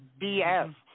BS